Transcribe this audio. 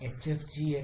R 0